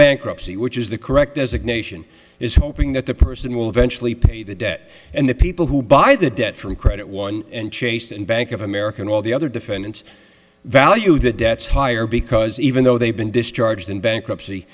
bankruptcy which is the correct as a nation is hoping that the person will eventually pay the debt and the people who buy the debt from credit one and chase and bank of america and all the other defendants value the debts higher because even though they've been discharged in bankruptcy